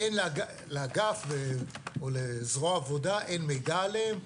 אין לאגף או לזרוע העבודה מידע עליהם.